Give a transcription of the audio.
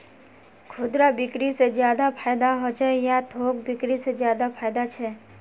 खुदरा बिक्री से ज्यादा फायदा होचे या थोक बिक्री से ज्यादा फायदा छे?